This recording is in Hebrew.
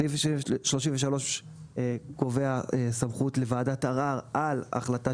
סעיף 33 קובע סמכות לוועדת ערר על החלטה